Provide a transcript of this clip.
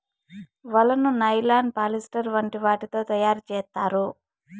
వలను nylon, polyester వంటి వాటితో తయారు చేత్తారు